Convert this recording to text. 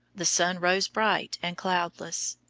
the sun rose bright and cloudless.